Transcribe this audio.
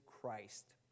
Christ